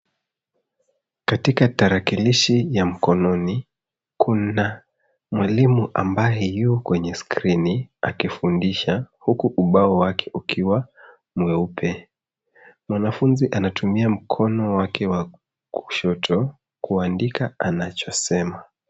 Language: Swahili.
Katika tarakilishi ya mkononi, kuna mwalimu ambaye yu kwenye skrini, akifundisha, huku ubao wake ukiwa mweupe. Mwanafunzi anatumia mkono wake wa kushoto kuandika anachosema.